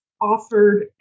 offered